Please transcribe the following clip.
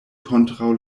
kontraŭ